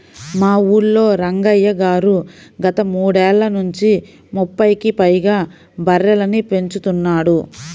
మా ఊల్లో రంగయ్య గారు గత మూడేళ్ళ నుంచి ముప్పైకి పైగా బర్రెలని పెంచుతున్నాడు